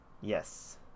Yes